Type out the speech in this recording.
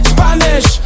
Spanish